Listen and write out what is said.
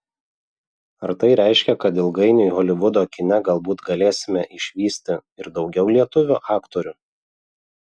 ar tai reiškia kad ilgainiui holivudo kine galbūt galėsime išvysti ir daugiau lietuvių aktorių